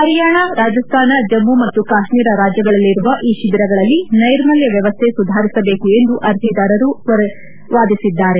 ಪರಿಯಾಣ ರಾಜಸ್ಥಾನ ಜಮ್ನು ಮತ್ತು ಕಾತ್ನೀರ ರಾಜ್ಯಗಳಲ್ಲಿರುವ ಈ ಶಿಬಿರಗಳಲ್ಲಿ ನೈರ್ಮಲ್ಲ ವ್ಯವಸ್ಥೆ ಸುಧಾರಿಸಬೇಕು ಎಂದು ಅರ್ಜಿದಾರರು ವಾದಿಸಿದ್ದಾರೆ